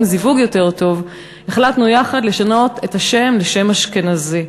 זיווג יותר טוב החלטנו יחד לשנות את השם לשם אשכנזי.